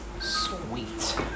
sweet